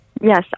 Yes